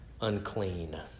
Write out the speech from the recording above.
unclean